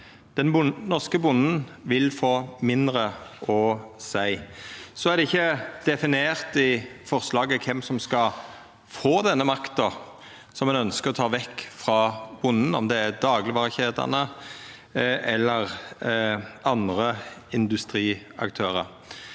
Den norske bonden vil få mindre å seia. Det er ikkje definert i forslaget kven som skal få denne makta ein ønskjer å ta vekk frå bonden, om det er daglegvarekjedene eller andre industriaktørar.